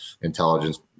intelligence